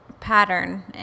pattern